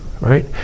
right